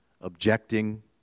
objecting